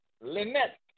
Lynette